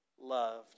loved